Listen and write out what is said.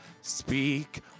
Speak